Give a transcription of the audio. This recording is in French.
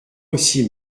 aussi